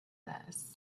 this